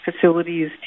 facilities